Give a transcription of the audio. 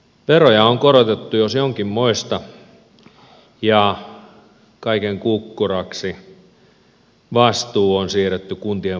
veroja on korotettu jos jonkinmoisia ja kaiken kukkuraksi vastuu on siirretty kuntien valtuustoihin